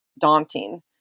daunting